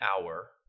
hour